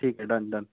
ठीक आहे done done